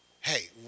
Hey